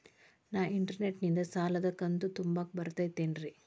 ನಾ ಇಂಟರ್ನೆಟ್ ನಿಂದ ಸಾಲದ ಕಂತು ತುಂಬಾಕ್ ಬರತೈತೇನ್ರೇ?